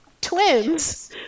twins